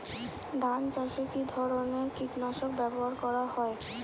ধান চাষে কী ধরনের কীট নাশক ব্যাবহার করা হয়?